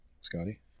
Scotty